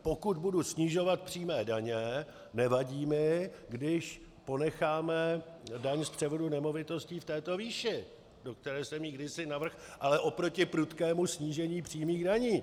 Pokud budu snižovat přímé daně, nevadí mi, když ponecháme daň z převodu nemovitostí v této výši, do které jsem ji kdysi navrhl, ale oproti prudkému snížení přímých daní.